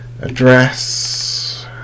address